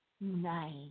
Nice